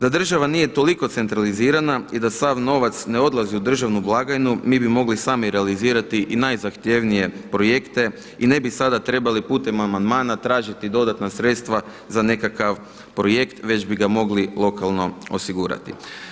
Da država nije toliko centralizirana i da sav novac ne odlazi u državnu blagajnu, mi bi mogli sami realizirati i najzahtjevnije projekte i ne bi sada trebali putem amandmana tražiti dodatna sredstva za nekakav projekt, već bi ga mogli lokalno osigurati,